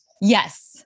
Yes